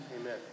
Amen